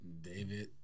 David